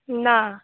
ना